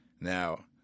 Now